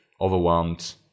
overwhelmed